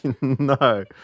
No